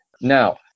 Now